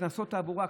קנסות תעבורה,